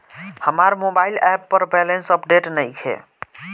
हमार mobile app पर balance update नइखे